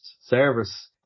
service